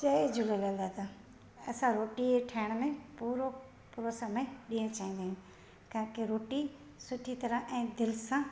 जय झूलेलाल दादा असां रोटी ठाहिण में पूरो पूरो समय ॾियनि चाहींदा आहियूं ताकी रोटी सुठी तरह ऐं दिलि सां